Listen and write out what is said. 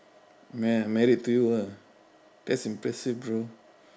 mar~ married to you ah that's impressive bro